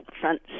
front